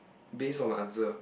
base on my answer